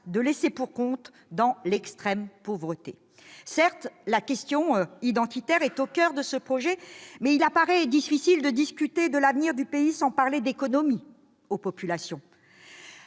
de laissés-pour-compte dans l'extrême pauvreté ! Certes, la question identitaire est au coeur de ce projet, mais il paraît difficile de discuter de l'avenir du pays sans parler aux populations